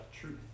truth